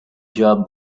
jaw